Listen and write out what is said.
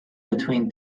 between